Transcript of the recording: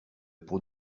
pour